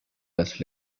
las